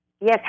Yes